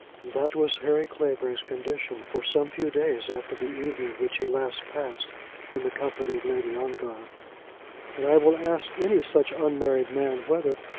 that was harry clavering's condition for some few days after the evening which he last passed in the company of lady ongar and i will ask any such unmarried man whether,